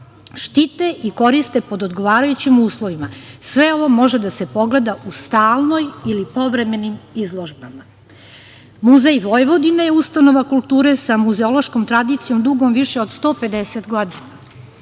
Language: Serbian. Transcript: štite i koriste pod odgovarajućim uslovima. Sve ovo može da se pogleda u stalnoj ili povremenim izložbama. Muzej Vojvodine je ustanova kulture sa muzeološkom tradicijom dugom više od 150 godina.